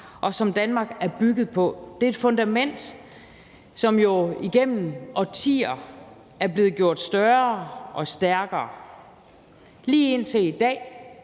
og som Danmark er bygget på. Det er et fundament, som igennem årtier er blevet gjort større og stærkere lige indtil i dag,